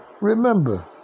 Remember